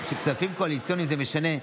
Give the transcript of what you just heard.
דברי חכמים בנחת נשמעים.